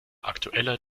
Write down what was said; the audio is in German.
aktueller